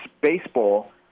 baseball